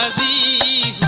the